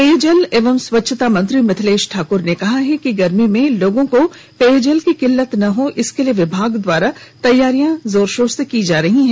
पेयजल एवं स्वच्छता मंत्री मिथिलेश ठाकर ने कहा कि गर्मी में लोगों को पेयजल की किल्लत नहीं हो इसके लिए विभाग द्वारा तैयारियां जोरशोर र्स चल रही है